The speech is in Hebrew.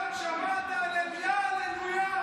"כל הנשמה תהלל יה הללויה".